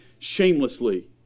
Shamelessly